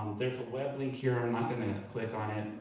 there's a web link here, i'm not gonna click on it,